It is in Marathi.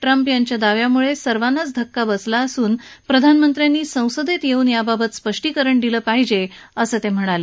ट्रम्प याच्या दाव्यामुळे सर्वांनाच धक्का बसला असून प्रधानमच्चाती सद्दित येऊन यावावत स्पष्टीकरण दिलप्राहिजे असत्ति म्हणाले